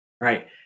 right